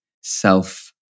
self